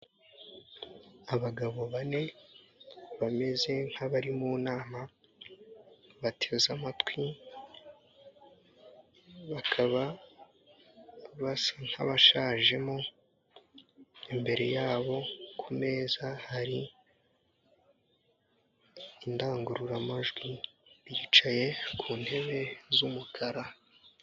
Abagabo bane bameze nk'abari mu nama bateze amatwi, bakaba basa nk'abashajemo, imbere yabo ku meza hari indangururamajwi, bicaye ku ntebe z'umukara.